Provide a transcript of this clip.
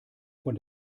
von